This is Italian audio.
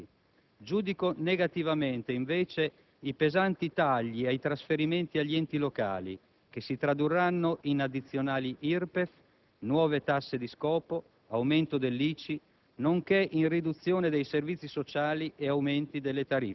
La nostra opinione è che i 33 miliardi di gettito recuperati dovranno andare prioritariamente a migliorare la condizione dei ceti sociali più deboli, attraverso l'aumento della spesa sociale e dei redditi più bassi,